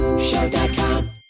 Show.com